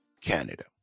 canada